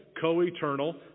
co-eternal